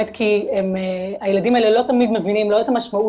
באמת כי הילדים הלא תמיד מבינים לא את המשמעות